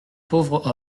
pauvre